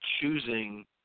choosing